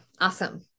Awesome